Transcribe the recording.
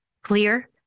clear